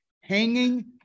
hanging